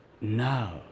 now